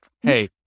Hey